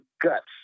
guts